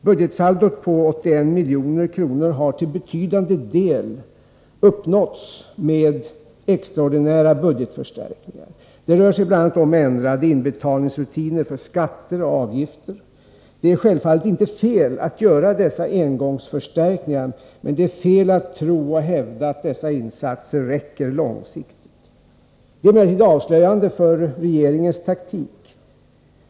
Budgetsaldot på 81 miljarder kronor har till betydande del uppnåtts genom extraordinära budgetförstärkningar. Det rör sig bl.a. om ändrade inbetalningsrutiner för skatter och avgifter. Det är självfallet inte fel att göra dessa engångsförstärkningar, men det är fel att tro att dessa insatser räcker långsiktigt. Det är emellertid avslöjande för regeringens taktik.